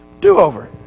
do-over